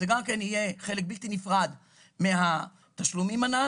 גם זה יהיה חלק בלתי נפרד מהתשלומים הנ"ל,